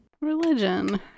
Religion